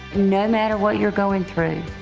no matter what you're going through,